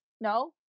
No